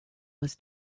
was